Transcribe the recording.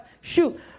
Shoot